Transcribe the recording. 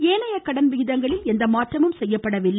ஏனைய கடன் விகிதங்களில் எந்த மாற்றமும் செய்யப்படவில்லை